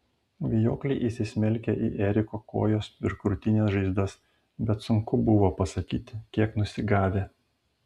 vijokliai įsismelkę į eriko kojos ir krūtinės žaizdas bet sunku buvo pasakyti kiek nusigavę